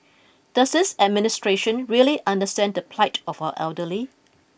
does this administration really understand the plight of our elderly